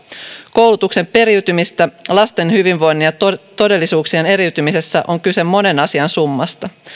koulutuksen periytymisessä ja lasten hyvinvoinnin ja todellisuuksien eriytymisessä on kyse monen asian summasta